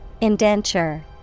Indenture